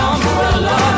umbrella